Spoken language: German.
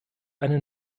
eine